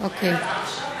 לא יודע,